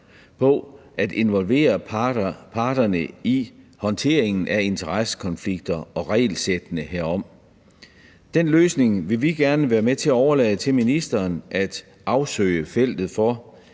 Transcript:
på at involvere parterne i håndteringen af interessekonflikter og regelsættene herom. Den løsning vil vi gerne være med til at overlade til ministeren at afsøge feltet for.